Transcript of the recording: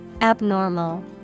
Abnormal